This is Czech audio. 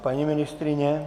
Paní ministryně?